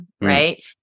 right